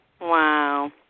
Wow